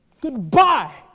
goodbye